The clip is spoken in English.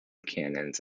canons